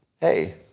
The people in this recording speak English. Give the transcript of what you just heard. Hey